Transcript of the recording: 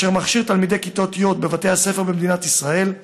אשר מכשיר תלמידי כיתות י' בבתי הספר במדינת ישראל.